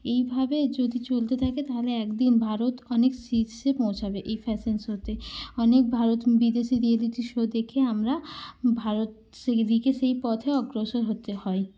এইভাবে যদি চলতে থাকে তাহলে এক দিন ভারত অনেক শীর্ষে পৌঁছাবে এই ফ্যাশন শোতে অনেক ভারত বিদেশি রিয়েলিটি শো দেখে আমরা ভারত সেই দিকে সেই পথে অগ্রসর হতে হয়